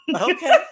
okay